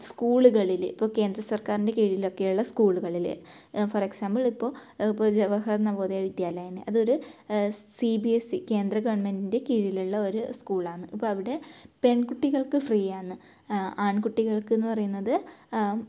സ്കൂളുകളിൽ ഇപ്പം കേന്ദ്ര സർക്കാറിൻ്റെ കീഴിലൊക്കെയുള്ള സ്കൂളുകളിൽ ഫോർ എക്സാമ്പിള് ഇപ്പോൾ ഇപ്പോൾ ജവഹർ നവോദയ വിദ്യാലയ തന്നെ അതൊരു സി ബി എസ് സി കേന്ദ്ര ഗവൺമെൻറിൻ്റെ കീഴിലുള്ള ഒരു സ്കൂളാന്ന് അപ്പം അവിടെ പെൺകുട്ടികൾക്ക് ഫ്രീ ആന്ന് ആൺകുട്ടികൾക്ക് എന്ന് പറയുന്നത്